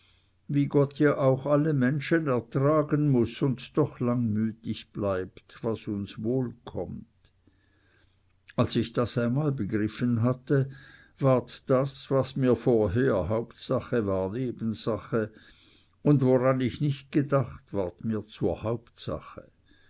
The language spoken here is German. wie gott ja auch alle menschen ertragen muß und doch langmütig bleibt was uns wohl kommt als ich das einmal begriffen hatte ward das was mir vorher hauptsache war nebensache und woran ich nicht gedacht ward mir zur hauptsache